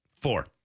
Four